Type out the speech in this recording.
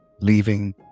leaving